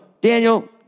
Daniel